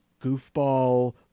goofball